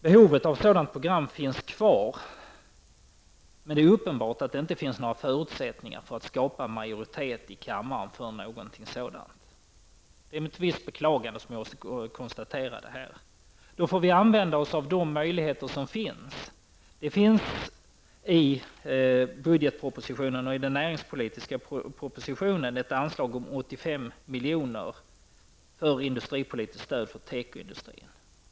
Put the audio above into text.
Behovet av ett sådant program finns kvar, men det är uppenbart att det inte finns några förutsättningar för att skapa en majoritet i kammaren för programmet i fråga. Det är med visst beklagande som jag konstaterar detta. Då får vi använda oss av de möjligheter som finns. I budgetpropositionen och i den näringspolitiska propositionen finns ett anslag på 85 milj.kr. för industripolitiskt stöd till tekoindustrin.